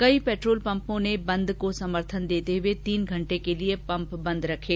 कई पेट्रोल पंपों ने भी बंद को समर्थन देते हए तीन घंटे के लिए पम्प बंद रखें